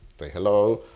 say hello,